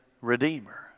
redeemer